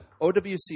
OWC